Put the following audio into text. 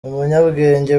umunyabwenge